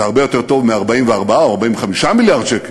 זה הרבה יותר טוב מ-44 או 45 מיליארד שקל,